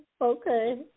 Okay